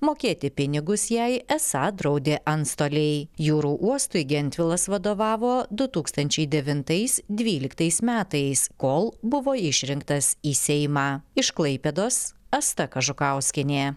mokėti pinigus jai esą draudė antstoliai jūrų uostui gentvilas vadovavo du tūkstančiai devintais dvyliktais metais kol buvo išrinktas į seimą iš klaipėdos asta kažukauskienė